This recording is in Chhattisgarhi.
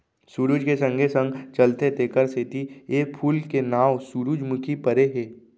सुरूज के संगे संग चलथे तेकरे सेती ए फूल के नांव सुरूजमुखी परे हे